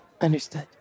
Understood